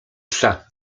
psa